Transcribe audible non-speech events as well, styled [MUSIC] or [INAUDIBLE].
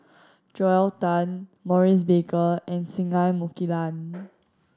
Joel Tan Maurice Baker and Singai Mukilan [NOISE]